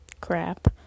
crap